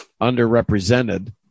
underrepresented